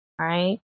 right